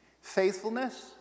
Faithfulness